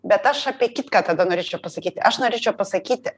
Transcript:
bet aš apie kitką tada norėčiau pasakyt aš norėčiau pasakyti